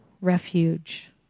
refuge